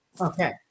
Okay